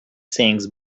things